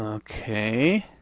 ah okay.